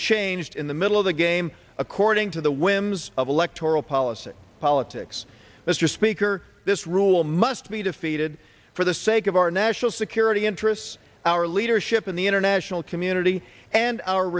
changed in the middle of the game according to the whims of electoral policy politics mr speaker this rule must be defeated for the sake of our national security interests our leadership in the international community and our